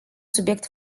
subiect